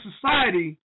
society